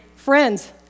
Friends